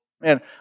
Man